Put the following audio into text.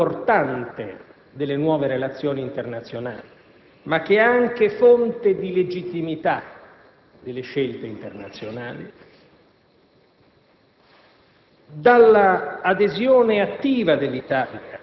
che è non soltanto struttura portante delle nuove relazioni internazionali, ma che è anche fonte di legittimità delle scelte internazionali,